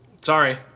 sorry